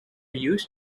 used